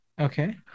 Okay